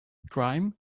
grime